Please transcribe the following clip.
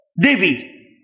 David